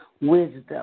wisdom